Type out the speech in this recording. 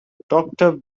doctor